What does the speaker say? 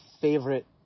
favorite